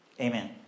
amen